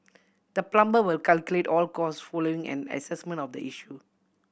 the plumber will calculate all cost following an assessment of the issue